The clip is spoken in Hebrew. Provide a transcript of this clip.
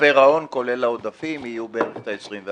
הפירעון כולל העודפים יהיה בערך 24 מיליארד.